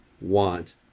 want